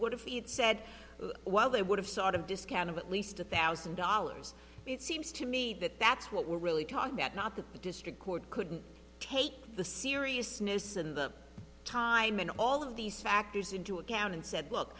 would have said while they would have sort of discounted at least a thousand dollars it seems to me that that's what we're really talking about not the district court couldn't take the seriousness and the time and all of these factors into account and said look